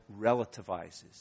relativizes